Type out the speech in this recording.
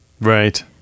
Right